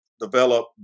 develop